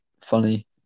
funny